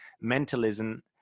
mentalism